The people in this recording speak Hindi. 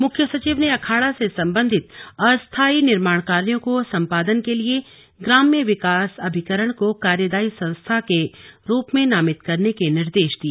मुख्य सचिव ने अखाड़ा से सम्बन्धित अस्थायी निर्माण कायों को संपादन के लिए ग्राम्य विकास अभिकरण को कार्यदायी संस्था के रूप में नामित करने के निर्देश दिए